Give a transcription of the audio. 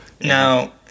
now